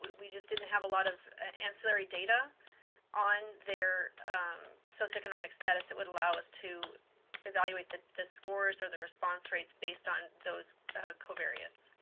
we just didn't have a lot of ancillary data on their socioeconomic status that would allow us to evaluate the the scores or response rates based on those covariants.